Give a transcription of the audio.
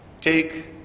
TAKE